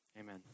Amen